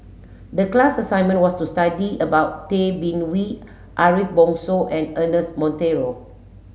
the class assignment was to study about Tay Bin Wee Ariff Bongso and Ernest Monteiro